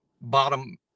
bottom